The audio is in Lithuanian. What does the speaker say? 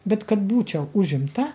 bet kad būčiau užimta